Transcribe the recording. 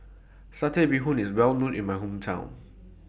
Satay Bee Hoon IS Well known in My Hometown